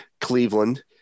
Cleveland